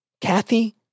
Kathy